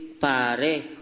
pare